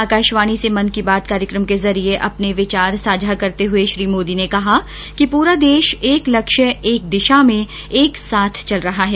आकाशवाणी से मन की बात कार्यकम के जरिये अपने विचार साझा करते हुए श्री मोदी ने कहा कि पूरा देश एक लक्ष्य एक दिशा में साथ साथ चल रहा है